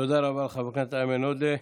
תודה לחבר הכנסת אייימן עודה.